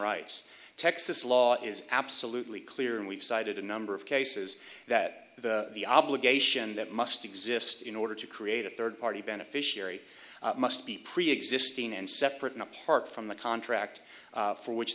rights texas law is absolutely clear and we've cited a number of cases that the obligation that must exist in order to create a third party beneficiary must be preexisting and separate and apart from the contract for which